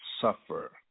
suffer